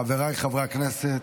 חבריי חברי הכנסת,